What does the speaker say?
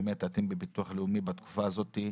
אתם בביטוח לאומי בתקופה הזאת,